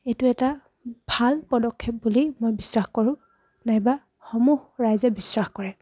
এইটো এটা ভাল পদক্ষেপ বুলি মই বিশ্বাস কৰোঁ নাইবা সমূহ ৰাইজে বিশ্বাস কৰে